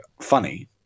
funny